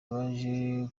baje